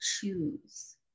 choose